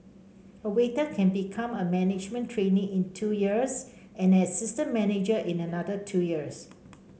a waiter can become a management trainee in two years and an assistant manager in another two years